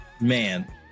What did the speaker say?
man